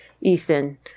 Ethan